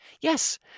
Yes